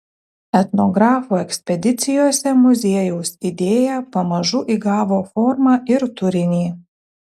etnografų ekspedicijose muziejaus idėja pamažu įgavo formą ir turinį